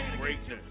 greatness